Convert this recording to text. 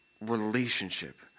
relationship